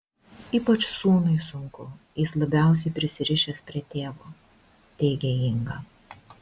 ypač sūnui sunku jis labiausiai prisirišęs prie tėvo teigė inga